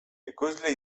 ekoizle